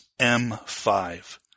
M5